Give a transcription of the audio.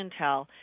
intel